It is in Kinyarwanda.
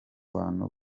bantu